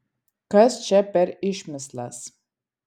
kas čia per išmislas